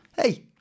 hey